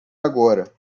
agora